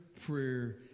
prayer